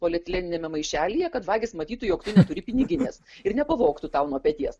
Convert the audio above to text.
polietileniniame maišelyje kad vagys matytų jog tu neturi piniginės ir nepavogtų tau nuo peties